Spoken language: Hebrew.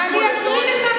אני אקריא לך,